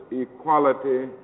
equality